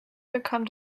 bekam